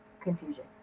Confusion